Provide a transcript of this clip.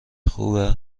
خوبه